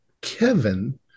Kevin